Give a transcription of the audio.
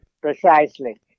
Precisely